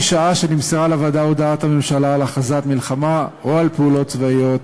משעה שנמסרה לוועדה הודעת הממשלה על הכרזת מלחמה או על פעולות צבאיות,